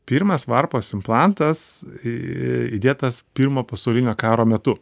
pirmas varpos implantas įdėtas pirmo pasaulinio karo metu